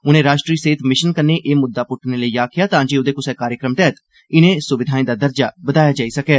उनें राश्ट्री सेहत मिषन कन्नै एह मुद्दा पुट्टने लेई आखेआ तांजे ओह्दे कुसा कार्यक्रम तैहत इनें सुविधाएं दा दर्जा बधाया जाई सकै